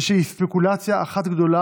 ושהיא ספקולציה אחת גדולה,